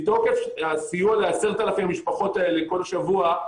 מתוקף הסיוע ל-10,000 משפחות האלה כל שבוע,